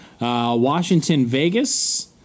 Washington-Vegas